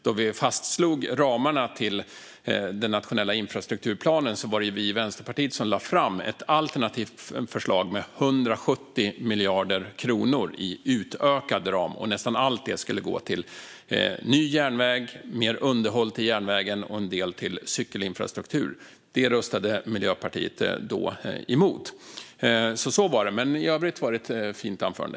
Då vi fastslog ramarna för den nationella infrastrukturplanen var det ju Vänsterpartiet som lade fram ett alternativt förslag med 170 miljarder kronor i utökad ram, och nästan allt detta skulle gå till ny järnväg och mer underhåll till järnvägen. En del skulle gå till cykelinfrastruktur. Detta röstade Miljöpartiet emot. Så var det, men i övrigt var det ett fint anförande.